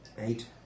Eight